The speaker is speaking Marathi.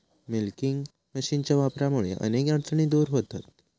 मिल्किंग मशीनच्या वापरामुळा अनेक अडचणी दूर व्हतहत